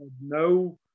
No